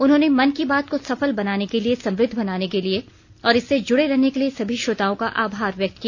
उन्होंने मन की बात को सफल बनाने के लिए समृद्ध बनाने के लिए और इससे जुड़े रहने के लिए सभी श्रोताओं का आभार व्यक्त किया